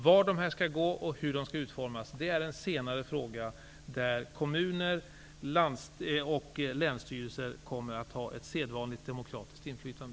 Vilka sträckningar det gäller och hur projekten skall utformas är en senare fråga. Där kommer kommuner och länsstyrelser att ha ett sedvanligt demokratiskt inflytande.